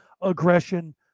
aggression